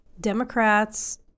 Democrats